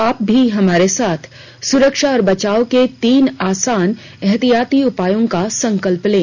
आप भी हमारे साथ सुरक्षा और बचाव के तीन आसान एहतियाती उपायों का संकल्प लें